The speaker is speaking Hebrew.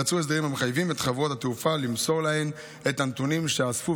יצרו הסדרים המחייבים את חברות התעופה למסור להן את הנתונים שאספו,